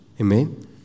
Amen